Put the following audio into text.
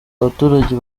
abaturage